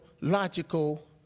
logical